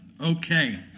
okay